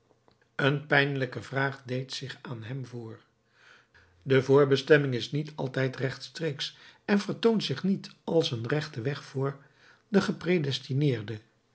een pijnlijke vraag deed zich aan hem voor de voorbestemming is niet altijd rechtstreeksch en vertoont zich niet als een rechte weg voor den